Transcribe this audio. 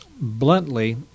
bluntly